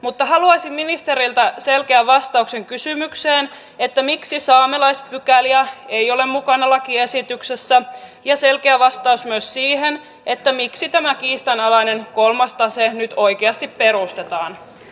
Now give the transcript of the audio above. mutta haluaisin ministeriltä selkeän vastauksen kysymykseen miksi saamelaispykäliä ei ole mukana lakiesityksessä ja selkeän vastauksen myös siihen miksi tämä kiistanalainen kolmas tase nyt oikeasti perustetaan